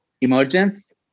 emergence